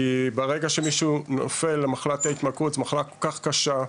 כי ברגע שמישהו נופל למחלת ההתמכרות שזו מחלה כל כך קשה,